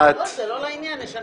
בדקתי ברצינות עם יועץ החקיקה